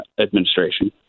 administration